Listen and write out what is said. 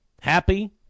happy